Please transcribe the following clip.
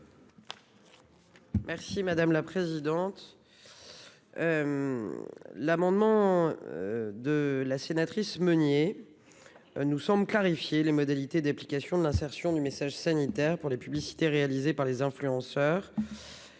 Merci madame la présidente. L'amendement. De la sénatrice Meunier. Nous sommes clarifier les modalités d'application de l'insertion du message sanitaire pour les publicités réalisées par les influenceurs.